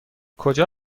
کجا